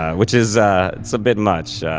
which is a so bit much. yeah